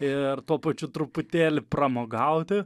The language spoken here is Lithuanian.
ir tuo pačiu truputėlį pramogauti